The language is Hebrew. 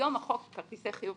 היום כרטיסי החילוף